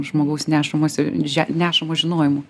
žmogaus nešamas ir že nešamas žinojimu